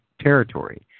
territory